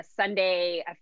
Sunday